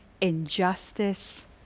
injustice